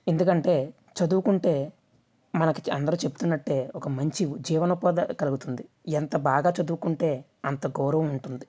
ఎందుకంటే చదువుకుంటే మనకు అందరూ చెబుతున్నట్టే ఒక మంచి జీవన ఉపాది కలుగుతుంది ఎంత బాగా చదువుకుంటే అంత గౌరవం ఉంటుంది